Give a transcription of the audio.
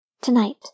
Tonight